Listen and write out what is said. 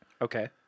Okay